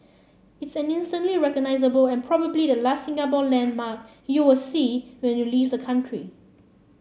it's an instantly recognisable and probably the last Singapore landmark you'll see when you leave the country